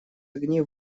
огни